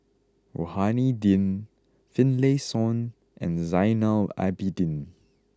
Rohani Din Finlayson and Zainal Abidin